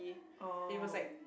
oh